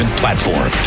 platform